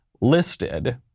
listed